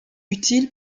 utile